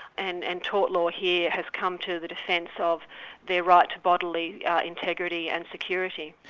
and and tort law here has come to the defence of their right to bodily integrity and security.